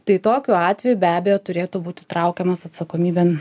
tai tokiu atveju be abejo turėtų būti traukiamas atsakomybėn